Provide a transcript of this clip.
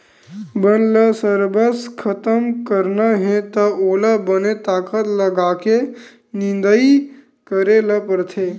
बन ल सरबस खतम करना हे त ओला बने ताकत लगाके निंदई करे ल परथे